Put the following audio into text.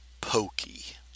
pokey